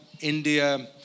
India